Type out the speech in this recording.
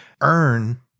earn